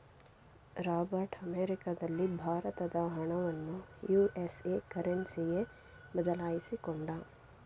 Robert ಅಮೆರಿಕದಲ್ಲಿ ಭಾರತದ ಹಣವನ್ನು ಯು.ಎಸ್.ಎ ಕರೆನ್ಸಿಗೆ ಬದಲಾಯಿಸಿಕೊಂಡ